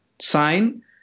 sign